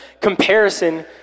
comparison